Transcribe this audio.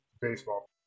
baseball